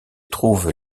trouvent